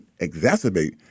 exacerbate